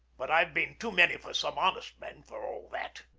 but i've been too many for some honest men, for all that.